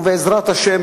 ובעזרת השם,